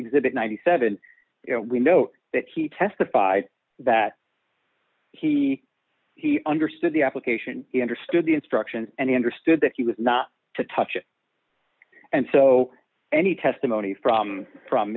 exhibit ninety seven dollars we know that he testified that he he understood the application he understood the instruction and he understood that he was not to touch it and so any testimony from from